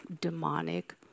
demonic